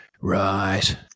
Right